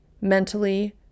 mentally